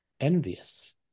envious